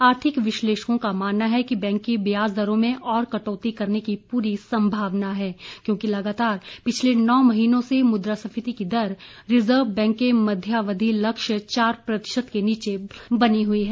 आर्थिक विश्लेषकों का मानना है कि बैंक की ब्याज दरों में और कटौती करने की पूरी संमावना है क्योंकि लगातार पिछले नौ महीनों से मुद्रास्फीति की दर रिजर्व बैंक के मध्यावधि लक्ष्य चार प्रतिशत के नीचे बनी हुई है